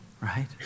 right